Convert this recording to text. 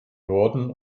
norden